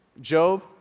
Job